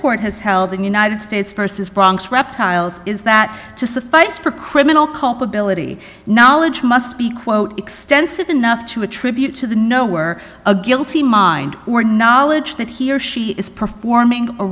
court has held in united states versus bronx reptiles is that to suffice for criminal culpability knowledge must be quote extensive enough to attribute to the nowhere a guilty mind or knowledge that he or she is performing a